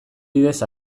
bidez